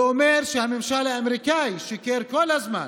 זה אומר שהממשל האמריקני שיקר כל הזמן,